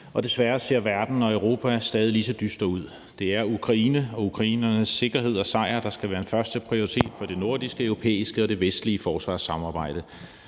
desværre ser verden og Europa stadig lige så dyster ud. Det er Ukraine og ukrainernes sikkerhed og sejr, der skal være en førsteprioritet for det nordiske, europæiske og det vestlige forsvarssamarbejde.